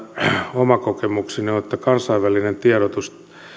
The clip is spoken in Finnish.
oma kokemukseni on että kansainvälinen tiedustelutieto